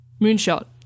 Moonshot